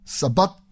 sabat